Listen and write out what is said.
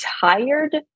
tired